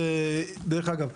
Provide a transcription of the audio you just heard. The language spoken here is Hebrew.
דרך אגב,